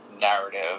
narrative